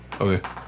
Okay